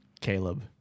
Caleb